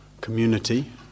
community